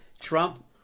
Trump